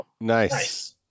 Nice